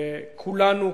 וכולנו,